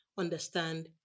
understand